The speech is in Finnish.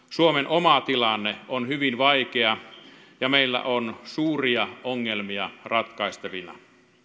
oma tilanne on hyvin vaikea ja meillä on suuria ongelmia ratkaistavina